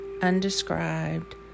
undescribed